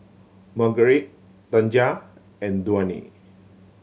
Margurite Tanja and Dwayne